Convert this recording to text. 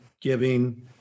giving